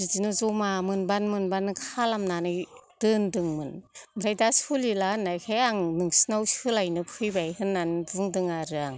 बिदिनो जमा मोनबानो मोनबानो खालामनानै दोनदोंमोन ओमफ्राय दा सलिला होननायखाय आं नोंसिनाव सोलायनो फैबाय होननानै बुंदों आरो आं